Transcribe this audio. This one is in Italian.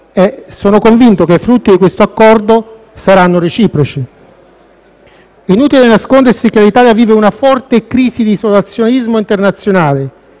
sono convinto che i frutti di questo Accordo saranno reciproci. Inutile nascondersi che l'Italia vive una forte crisi di isolazionismo internazionale,